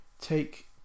take